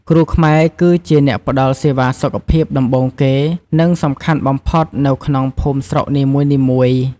គ្រូខ្មែរគឺជាអ្នកផ្ដល់សេវាសុខភាពដំបូងគេ និងសំខាន់បំផុតនៅក្នុងភូមិស្រុកនីមួយៗ។